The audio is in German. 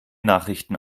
nachrichten